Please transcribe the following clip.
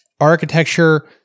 architecture